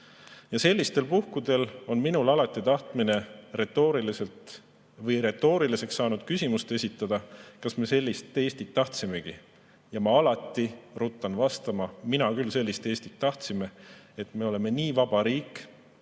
Sellistel puhkudel on minul alati tahtmine retooriliselt küsida või retooriliseks saanud küsimust esitada: kas me sellist Eestit tahtsimegi? Ja ma alati ruttan vastama: mina küll sellist Eestit tahtsin, et me oleme nii vaba riik,